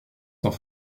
sans